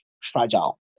fragile